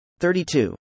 32